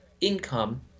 income